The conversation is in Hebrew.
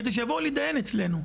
כדי שיבואו להתדיין אצלנו.